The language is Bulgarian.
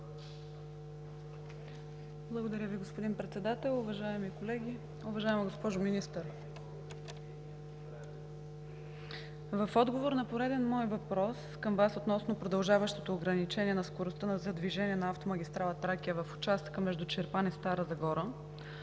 Благодаря Ви, господин Председател. Уважаеми колеги! Уважаема госпожо Министър, в отговор на пореден мой въпрос към Вас относно продължаващото ограничение на скоростта за движение на автомагистрала „Тракия“ в участъка между Чирпан и Стара Загора